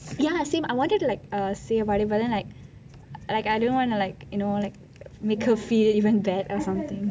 ya same I wanted to err like say whatever then like then like I didn't wanna like you know make it feel even that ~